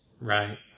right